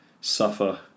suffer